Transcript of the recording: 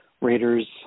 Raiders